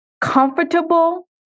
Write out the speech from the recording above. comfortable